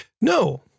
no